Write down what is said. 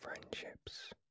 friendships